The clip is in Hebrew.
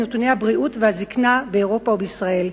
את נתוני הבריאות והזיקנה באירופה ובישראל.